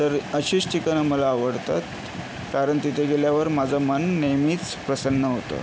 तर अशीच ठिकाणं मला आवडतात कारण तिथे गेल्यावर माझं मन नेहमीच प्रसन्न होतं